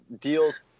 Deal's